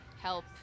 help